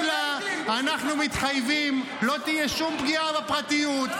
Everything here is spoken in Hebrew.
והוא מתעסק ברייטינג?